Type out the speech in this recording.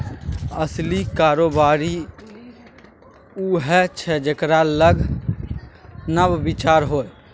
असली कारोबारी उएह छै जेकरा लग नब विचार होए